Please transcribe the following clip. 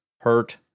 hurt